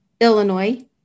Illinois